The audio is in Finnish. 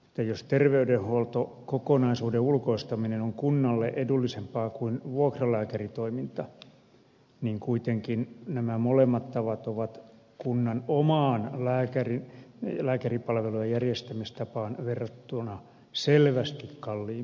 jos terveydenhuoltokokonaisuuden ulkoistaminen on kunnalle edullisempaa kuin vuokralääkäritoiminta niin kuitenkin nämä molemmat tavat ovat kunnan omaan lääkäripalvelujen järjestämistapaan verrattuna selvästi kalliimpia